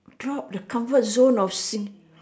drop the comfort zone of sing